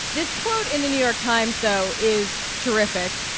this quote in the new york times, though, is terrific.